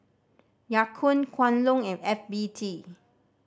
Ya Kun Kwan Loong and F B T